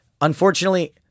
unfortunately